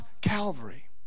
Calvary